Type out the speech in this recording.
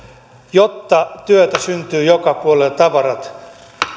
jotta työtä syntyisi joka puolella ja tavarat